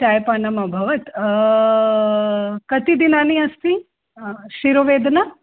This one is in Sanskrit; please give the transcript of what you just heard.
चायपानमभवत् कति दिनानि अस्ति शिरोवेदना